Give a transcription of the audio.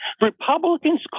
Republicans